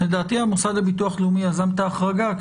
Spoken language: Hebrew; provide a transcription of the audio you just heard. המוסד לביטוח לאומי יזם את ההחרגה?